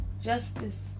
justice